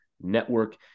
Network